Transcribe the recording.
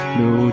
no